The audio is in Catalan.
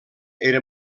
era